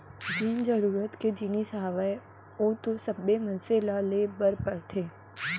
जेन जरुरत के जिनिस हावय ओ तो सब्बे मनसे ल ले बर परथे